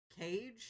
cage